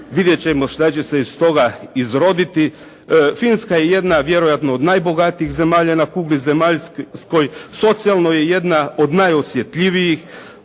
vidjet ćemo što će se iz toga izroditi. Finska je jedna vjerojatno od najbogatijih zemlja na kugli zemaljskoj, socijalno je jedna od najosjetljivijih,